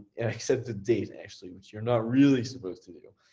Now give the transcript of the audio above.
except the data actually which you're not really supposed to do.